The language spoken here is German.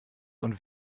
und